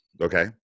Okay